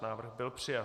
Návrh byl přijat.